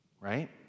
Right